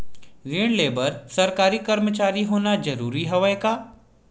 ऋण ले बर सरकारी कर्मचारी होना जरूरी हवय का?